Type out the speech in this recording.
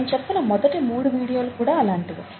నేను చెప్పిన మొదటి మూడు వీడియోలు కూడా అలాంటివే